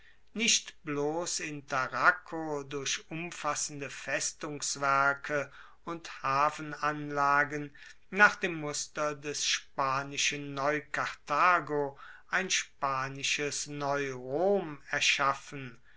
nicht bloss in tarraco durch umfassende festungswerke und hafenanlagen nach dem muster des spanischen neukarthago ein spanisches neurom erschaffen